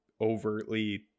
overtly